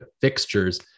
fixtures